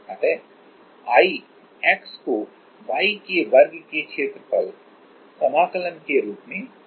अतः I x को y के वर्ग के क्षेत्रफल समाकलन इंटीग्रल के रूप में परिभाषित किया गया है